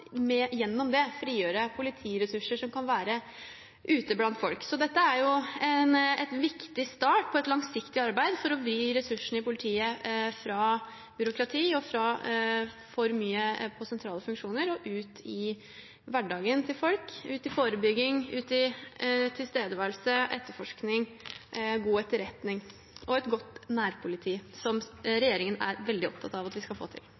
frigjøre politiressurser til å være ute blant folk. Så dette er en viktig start på et langsiktig arbeid for å vri ressursene i politiet fra byråkrati og i for stor grad sentrale funksjoner og ut til hverdagen til folk – til forebygging, tilstedeværelse, etterforskning, god etterretning og et godt nærpoliti, noe som regjeringen er veldig opptatt av å få til. Dette spørsmålet bortfaller, da spørreren ikke er til